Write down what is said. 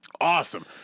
Awesome